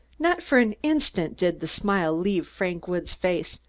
not for an instant did the smile leave frank woods' face,